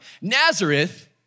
Nazareth